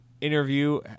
interview